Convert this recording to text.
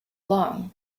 long